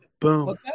Boom